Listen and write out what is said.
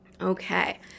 Okay